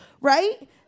right